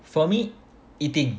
for me eating